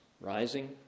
Rising